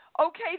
Okay